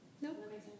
Nope